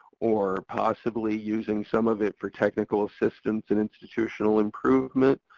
or possibly using some of it for technical assistance and institutional improvement.